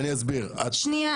גולן,